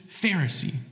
Pharisee